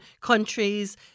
countries